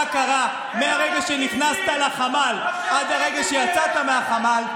קרה מהרגע שנכנסת לחמ"ל עד הרגע שיצאת מהחמ"ל,